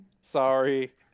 sorry